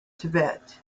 tibet